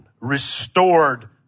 restored